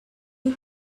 you